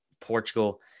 Portugal